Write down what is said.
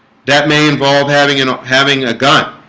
that may involve having and having a gun